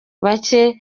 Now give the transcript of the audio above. bake